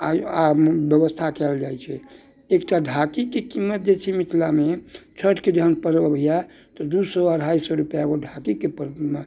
आयु आ व्यवस्था कयल जाइत छै एकटा ढाकीके कीमत जे छै मिथिलामे छठिके जहन पर्व अबैया तऽ दू सए अढ़ाइ सए रूपआ ओ ढाकीके परमे